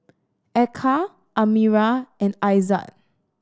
Eka Amirah and Aizat